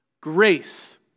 grace